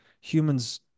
humans